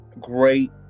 great